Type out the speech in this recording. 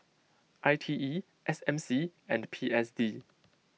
I T E S M C and P S D